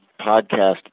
podcast